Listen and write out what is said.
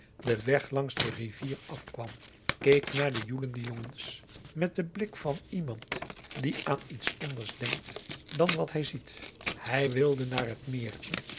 de wit orpheus in de dessa rivier afkwam keek naar de joelende jongens met den blik van iemand die aan iets anders denkt dan wat hij ziet hij wilde naar het meertje